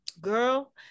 Girl